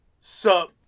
Sup